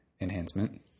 enhancement